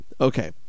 Okay